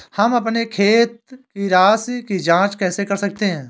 हम अपने खाते की राशि की जाँच कैसे कर सकते हैं?